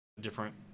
Different